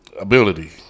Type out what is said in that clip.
ability